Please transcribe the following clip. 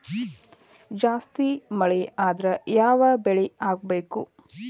ಜಾಸ್ತಿ ಮಳಿ ಆದ್ರ ಯಾವ ಬೆಳಿ ಹಾಕಬೇಕು?